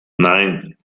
nein